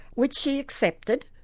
which she accepted,